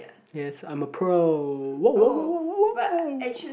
yes I'm a pro